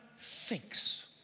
thinks